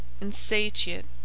insatiate